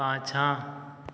पाछाँ